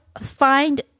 find